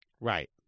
Right